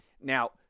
Now